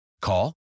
Call